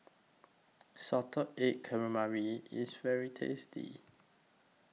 Salted Egg Calamari IS very tasty